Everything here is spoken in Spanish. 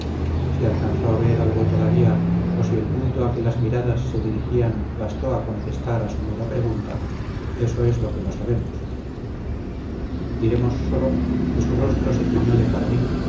si alcanzó a ver algo todavía o si el punto a que las miradas se dirigían bastó a contestar a su muda pregunta eso es lo que no sabemos diremos sólo que su rostro se tiñó de carmín